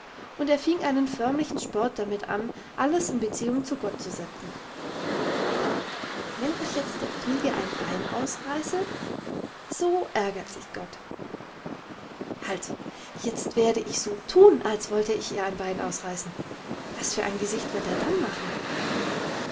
und er fing einen förmlichen sport damit an alles in beziehung zu gott zu setzen wenn ich jetzt der fliege ein bein ausreiße so ärgert sich gott halt jetzt werde ich so thun als wollte ich ihr ein bein ausreißen was für ein gesicht wird er da machen